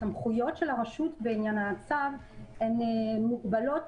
הסמכויות של הרשות בעניין הצו הן מוגבלות